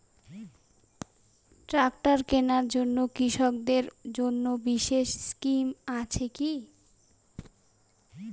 Tractor কেনার জন্য কৃষকদের জন্য বিশেষ স্কিম আছে কি?